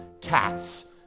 Cats